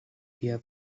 hear